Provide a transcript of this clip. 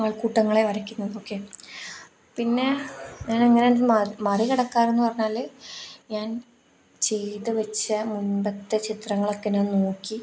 ആൾക്കൂട്ടങ്ങളെ വരയ്ക്കുന്നത് ഓക്കെ പിന്നെ ഞാനങ്ങനെ ഇത് മാറികടക്കാറ് എന്ന് പറഞ്ഞാൽ ഞാൻ ചെയ്ത് വെച്ച മുമ്പത്തെ ചിത്രങ്ങളൊക്കെ ഞാൻ നോക്കി